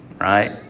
right